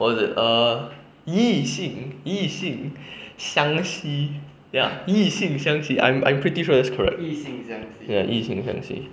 what is it err 异性异性相似 ya 异性相似 I'm I'm pretty sure it's correct ya 异性相似